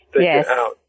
Yes